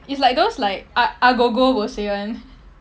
it's like those like a~ agogo will say [one]